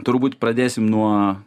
turbūt pradėsim nuo